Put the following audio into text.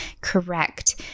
correct